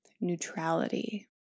neutrality